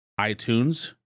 iTunes